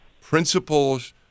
principles